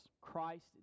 Christ